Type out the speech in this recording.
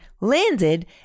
landed